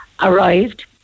arrived